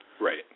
Right